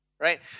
right